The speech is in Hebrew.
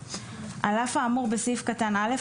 על אף האמור בסעיף קטן (א),